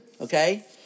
okay